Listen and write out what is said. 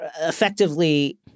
effectively –